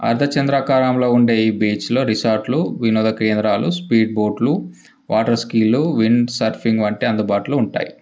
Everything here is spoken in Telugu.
అర్ధ చంద్రాకారంలో ఉండే ఈ బీచ్లో రిసార్ట్లు వినోద కేంద్రాలు స్పీడ్బోట్లు వాటర్ స్కీలు విండ్సర్ఫింగ్ వంటివి అందుబాటులో ఉంటాయి